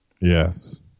Yes